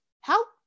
Help